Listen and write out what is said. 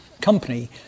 company